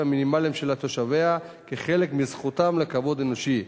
המינימליים של תושביה כחלק מזכותם לכבוד אנושי,